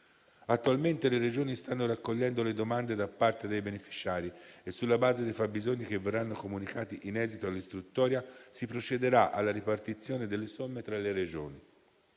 Attualmente, le Regioni stanno raccogliendo le domande da parte dei beneficiari e, sulla base dei fabbisogni che verranno comunicati in esito all'istruttoria, si procederà alla ripartizione delle somme tra le Regioni.